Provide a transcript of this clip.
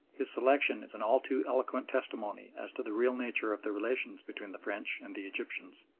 his selection is an all too eloquent testimony as to the real nature of the relations between the french and the egyptians.